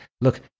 look